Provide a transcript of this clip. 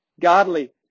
godly